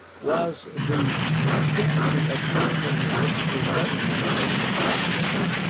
was the attempt to obtain a municipal government for the metropolis